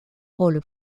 rôle